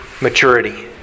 maturity